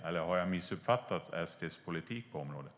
Eller har jag missuppfattat SD:s politik på området?